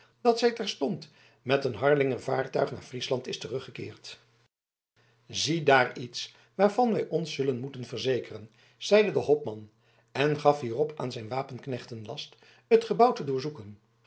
dat zij terstond met een harlinger vaartuig naar friesland is teruggekeerd ziedaar iets waarvan wij ons zullen moeten verzekeren zeide de hopman en gaf hierop aan zijn wapenknechten last het gebouw te